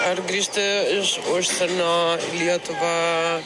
ar grįžti iš užsienio į lietuvą